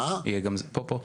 יהיה גם זמן לנו?